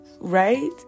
right